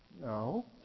No